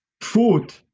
food